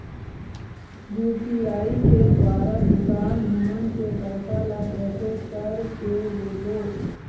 UPI के द्वारा दुकान हमन के पैसा ला कैसे कर के देबो?